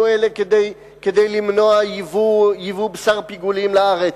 אלה כדי למנוע ייבוא בשר פיגולים לארץ,